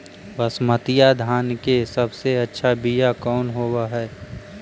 बसमतिया धान के सबसे अच्छा बीया कौन हौब हैं?